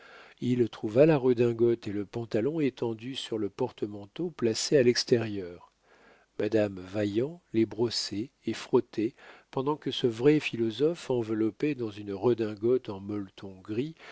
il trouva la redingote et le pantalon étendus sur le porte-manteau placé à l'extérieur madame vaillant les brossait et frottait pendant que ce vrai philosophe enveloppé dans une redingote en molleton gris